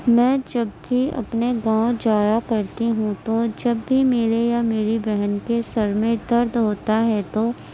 میں جب بھی اپنے گاؤں جایا کرتی ہوں تو جب بھی میرے یا میری بہن کے سر میں درد ہوتا ہے تو